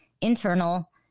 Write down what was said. internal